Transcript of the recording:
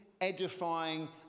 edifying